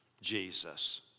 Jesus